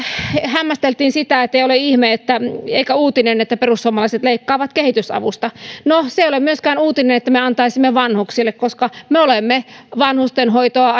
hämmästeltiin sitä että ei ole ihme eikä uutinen että perussuomalaiset leikkaavat kehitysavusta no se ei ole myöskään uutinen että me antaisimme vanhuksille koska me olemme vanhustenhoitoa